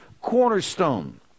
cornerstone